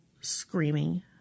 screaming